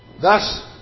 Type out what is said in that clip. Thus